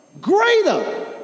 greater